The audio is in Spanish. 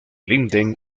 linden